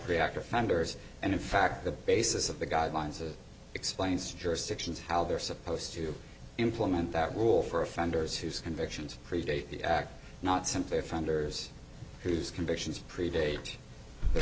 reactor founders and in fact the basis of the guidelines of explains jurisdictions how they're supposed to implement that rule for offenders whose convictions predate the act not simply offenders whose convictions predate the